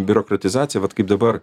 biurokratizacija vat kaip dabar